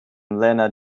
lenna